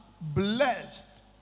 Blessed